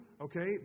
okay